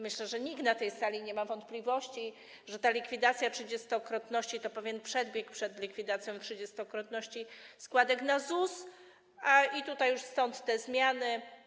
Myślę, że nikt na tej sali nie ma wątpliwości, że ta likwidacja trzydziestokrotności to pewien przedbieg przed likwidacją trzydziestokrotności składek na ZUS, stąd tutaj te zmiany.